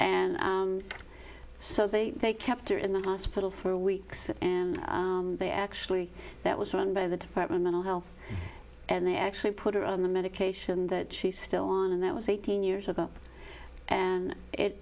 and so they they kept her in the hospital for weeks and they actually that was run by the department of health and they actually put her on the medication that she still on and that was eighteen years of up and it